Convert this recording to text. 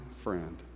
friend